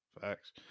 Facts